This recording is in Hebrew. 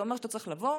זה אומר שאתה צריך לבוא,